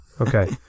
Okay